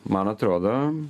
man atrodo